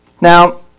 Now